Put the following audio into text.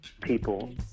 people